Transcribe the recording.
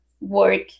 work